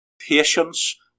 patience